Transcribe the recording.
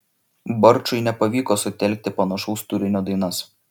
barčui nepavyko sutelkti panašaus turinio dainas